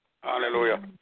Hallelujah